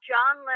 John